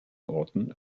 orten